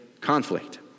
conflict